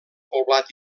poblat